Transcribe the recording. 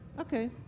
Okay